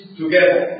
together